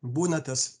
būna tas